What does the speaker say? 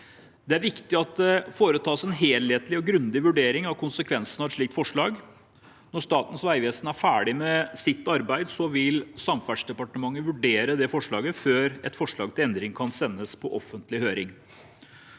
Det er viktig at det foretas en helhetlig og grundig vurdering av konsekvensene av et slikt forslag. Når Statens vegvesen er ferdig med sitt arbeid, vil Samferdselsdepartementet vurdere forslaget før et forslag til endringer kan sendes på offentlig høring.